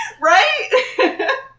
Right